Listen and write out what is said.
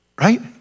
right